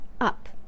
up